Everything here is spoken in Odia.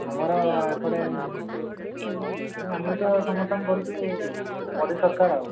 ଆମର ଏପଟେ ହଁ ଆମେ ତ ସମର୍ଥନ କରୁଛୁ ମୋଦି ସରକାର ଆଉ